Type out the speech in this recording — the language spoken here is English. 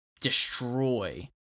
destroy